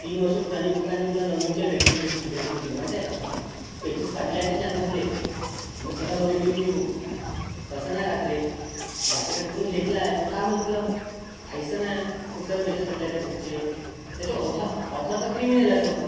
तीन वर्ष पुराणी बुक आहे आणि तुला नवीनच्या रेटमध्ये भेट भेटली तुला माहिती आहे का पेचेस फाटले आहे त्याचे आतमधले मी स्वतः बघितली होती ती बुक तसं नाही राहत रे वाचायसाठी तू घेतला आहे पण काय मतलब ऐसंना खूप सारे पेजेस फाटले आहे त्या बुकचे त्याचे ओथा ऑथर तर क्रिमिनल आहे स्वतः